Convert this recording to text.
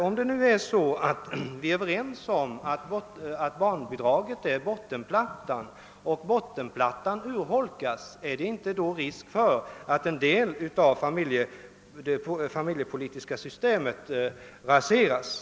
Om vi är överens om att barnbidraget är bottenplattan och om bottenplattan urholkas, är det då inte risk för att en del av det familjepolitiska systemet raseras?